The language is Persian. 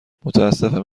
متأسفم